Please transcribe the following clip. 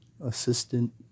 Assistant